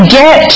get